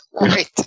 Right